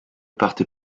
partez